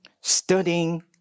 studying